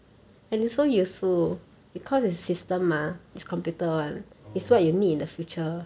oh